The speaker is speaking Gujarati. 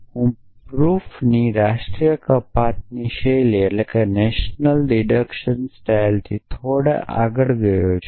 તેથી હું પ્રૂફની રાષ્ટ્રીય કપાતની શૈલીથી થોડો આગળ ગયો છું